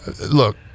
Look